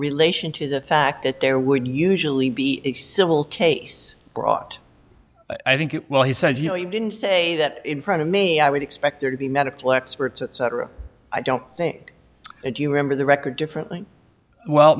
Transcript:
relation to the fact that there would usually be a civil case brought i think it well he said you know he didn't say that in front of me i would expect there to be medical experts etc i don't think if you remember the record differently well